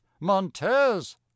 montez